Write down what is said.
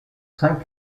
cinq